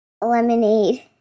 lemonade